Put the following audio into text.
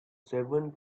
seven